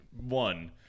One